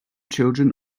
children